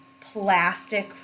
plastic